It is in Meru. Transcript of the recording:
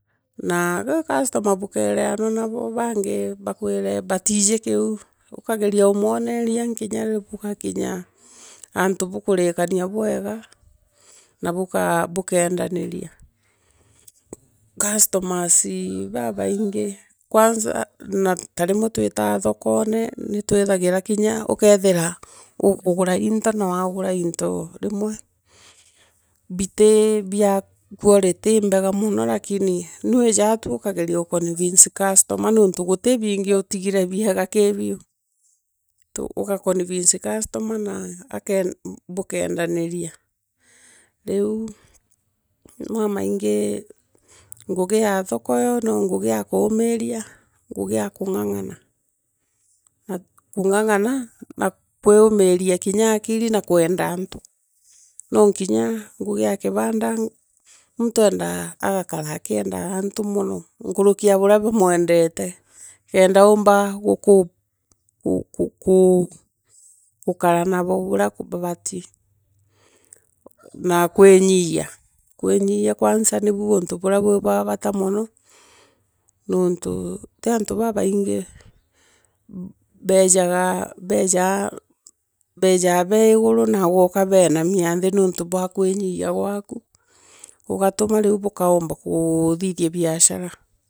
Na gwi customer bukeorean wa abo bangi bakwive batiiji kiu, ukageria kumwoneria, nginya bugakinya antu bukuvikania bwega na bukeendaniria. Customer babaingi, kwanza ta rimwe twita thokone, itwithagirwa twina kinya ukethira ukugura into na wagura into bimwe bitii bia quality imbega nono lakini nwijaa tu ukageria uconvince customer nontu gutibingi utigive biega hi biu. Ugacinvince customer, na bokeendaniria, riu nwamaingi ngugi ya thoko no ngigi ya kuumiria ngugi ya kungangana, na kungangana, na kwiumiria kinya akiri na kwenda antu no kinya ngugi ya kibanda, muntu eenda gukara akiendaga antu mono nkuruki ya burea bumwendete kenda uumba guku gu gukara nabo bura kubati, na kwinyia kwinyiyia kwanza ni kuo kuri unto bwa nono nonto ti antu babaingi beejaga bejaa bee iguru nagwe ukabenamia nthii nontu bwa mkwinyia gwaku bugatuma riu bukaumba kuthithia biashara.